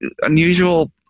unusual